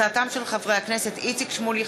חברי הכנסת איציק שמולי,